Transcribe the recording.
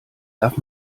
darf